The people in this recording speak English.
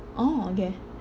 orh okay